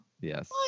Yes